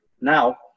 now